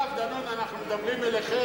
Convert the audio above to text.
דנון, אנחנו לא מדברים אליו.